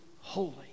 holy